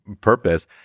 purpose